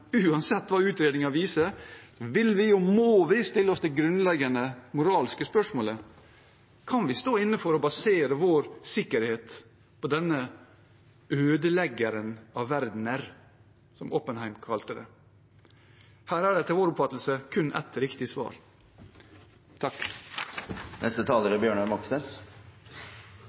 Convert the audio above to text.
uansett hva utredningen viser, vil vi – og må vi – stille oss det grunnleggende moralske spørsmålet: Kan vi stå inne for å basere vår sikkerhet på denne ødeleggeren av verdener, som Oppenheimer kalte det? Her er det etter vår oppfatning kun ett riktig svar.